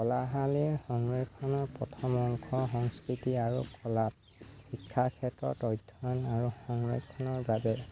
কলাশালীৰ সংৰক্ষণৰ প্ৰথম অংশ সংস্কৃতি আৰু কলাপ শিক্ষাৰ ক্ষেত্ৰত অধ্যয়ন আৰু সংৰক্ষণৰ বাবে